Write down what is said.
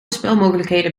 spelmogelijkheden